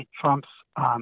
Trump's